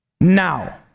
Now